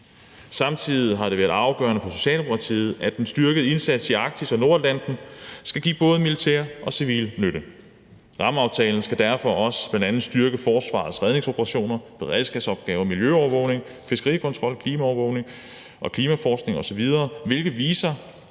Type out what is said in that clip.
samtidig været afgørende for Socialdemokratiet, at en styrket indsats i Arktis og Nordatlanten skal give både militær og civil nytte. Rammeaftalen skal derfor også styrke forsvarets redningsoperationer, beredskabsopgaver og miljøovervågning, fiskerikontrol, klimaovervågning, klimaforskning osv., hvilket viser,